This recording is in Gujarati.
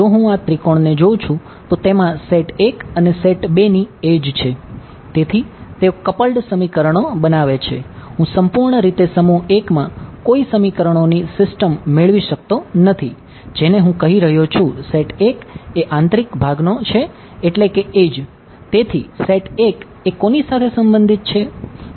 હું સેટ 1 એ કોની સાથે સંબંધિત છે